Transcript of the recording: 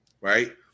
right